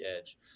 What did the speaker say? edge